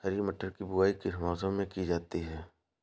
हरी मटर की बुवाई किस मौसम में की जाती है?